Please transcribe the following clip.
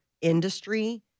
industry